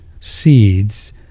seeds